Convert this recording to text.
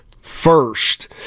first